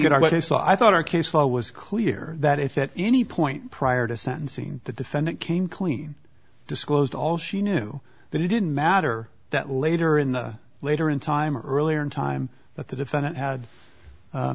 got it so i thought our case file was clear that if it any point prior to sentencing the defendant came clean disclosed all she knew that it didn't matter that later in the later in time or earlier in time that the defendant had